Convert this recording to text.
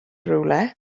rhywle